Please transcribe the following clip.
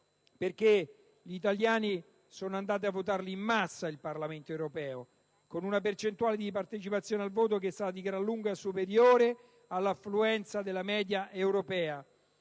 europeo. Gli italiani sono andati a votare in massa per il Parlamento europeo, con una percentuale di partecipazione al voto di gran lunga superiore all'affluenza media europea.